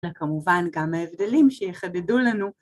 וכמובן גם ההבדלים שיחדדו לנו.